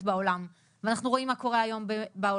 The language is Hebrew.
בעולם ואנחנו רואים מה קורה היום בעולם.